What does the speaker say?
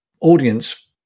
audience